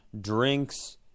drinks